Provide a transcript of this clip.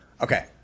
Okay